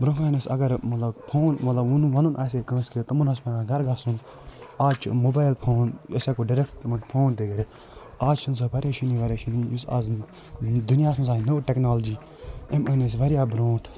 برٛونٛہہ کانہِ ٲسۍ اگر مطلب فون مطلب وُنُن وَنُن آسہَے کٲنٛسہِ کیٚنٛہہ کیٚنٛہہ تٕمن اوس پٮ۪وان گَرٕ گَژھُن آز چھِ موبایل أسۍ ہٮ۪کو ٹرٮ۪کٹہٕ تِمن فون تہِ کٔرِتھ آز چھَنہٕ سَہ پریشٲنی وَریشٲنی یُس آز دنیاہس منٛز آز چھِ نٔو ٹٮ۪کنالجی أمۍ أنۍ أسۍ وارِیاہ برونٛٹھ